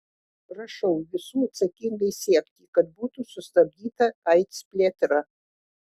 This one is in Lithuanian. prašau visų atsakingai siekti kad būtų sustabdyta aids plėtra